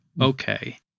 okay